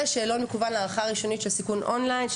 ושאלון מקוון להערכה ראשונית של סיכון אובדנות און-ליין.